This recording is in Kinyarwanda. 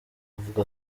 avuga